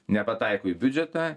nepataiko į biudžetą